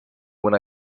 when